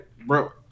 bro